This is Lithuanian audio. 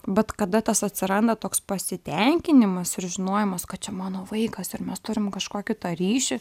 bet kada tas atsiranda toks pasitenkinimas ir žinojimas kad čia mano vaikas ir mes turim kažkokį tą ryšį